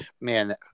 man